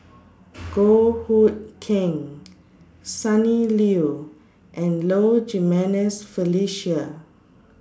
Goh Hood Keng Sonny Liew and Low Jimenez Felicia